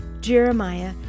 Jeremiah